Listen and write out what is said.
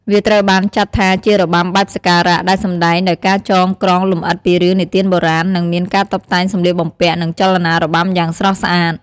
វាត្រូវបានចាត់ថាជារបាំបែបសក្ការៈ ដែលសម្តែងដោយការចងក្រងលំអិតពីរឿងនិទានបុរាណ និងមានការតុបតែងសម្លៀកបំពាក់ និងចលនារបាំយ៉ាងស្រស់ស្អាត។